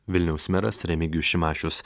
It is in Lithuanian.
vilniaus meras remigijus šimašius